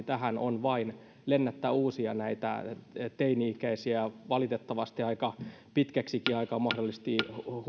tähän vain lennättämällä uusia teini ikäisiä valitettavasti aika pitkäksikin aikaa mahdollisesti